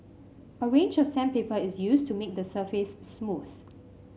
a range of sandpaper is used to make the surface smooth